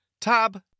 Tab